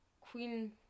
Queen